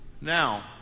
now